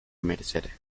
mercer